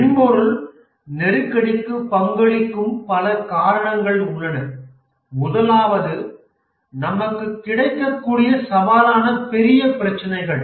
மென்பொருள் நெருக்கடிக்கு பங்களிக்கும் பல காரணங்கள் உள்ளன முதலாவது நமக்கு கிடைக்கக்கூடிய சவாலான பெரிய பிரச்சினைகள்